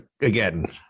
again